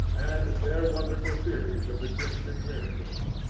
and their wonderful theories of the christian miracles!